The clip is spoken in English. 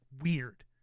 weird